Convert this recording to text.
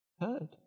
heard